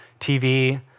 TV